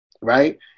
right